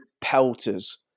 pelters